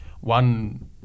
One